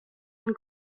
and